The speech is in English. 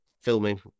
filming